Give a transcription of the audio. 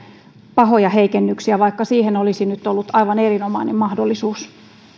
pahoja heikennyksiä vaikka siihen olisi nyt ollut aivan erinomainen mahdollisuus